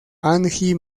angie